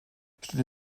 stünde